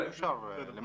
אי אפשר למחזר.